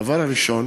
הדבר הראשון